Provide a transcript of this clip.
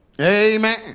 Amen